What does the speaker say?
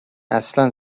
اصلا